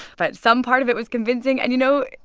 but some part of it was convincing and, you know,